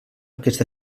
aquest